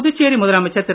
புதுச்சேரி முதலமைச்சர் திரு